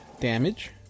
damage